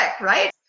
right